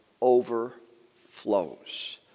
overflows